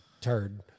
turd